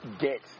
get